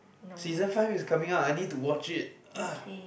season five is coming out I need to watch it ugh